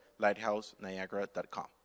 LighthouseNiagara.com